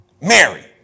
Mary